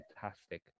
fantastic